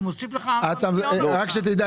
הוא מוסיף לך --- רק שתדע,